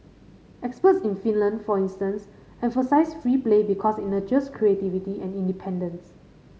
experts in Finland for instance emphasise free play because it nurtures creativity and independence